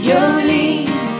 Jolene